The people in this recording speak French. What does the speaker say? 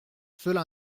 cela